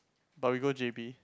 but we go j_b